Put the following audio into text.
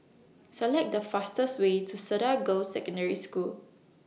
Select The fastest Way to Cedar Girls' Secondary School